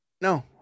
No